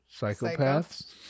psychopaths